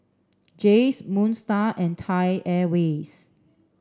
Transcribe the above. Jays Moon Star and Thai Airways